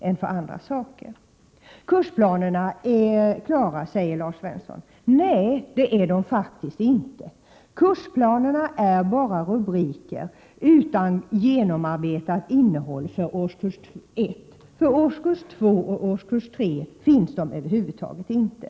Lars Svensson säger att kursplanerna är klara. Det är de faktiskt inte. Kursplanerna för årskurs 1 består endast av rubriker utan genomarbetat innehåll. För årskurs 2 och 3 finns över huvud taget inga kursplaner.